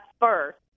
first